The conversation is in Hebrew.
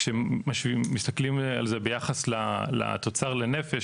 כשמסתכלים על זה ביחס לתוצר לנפש,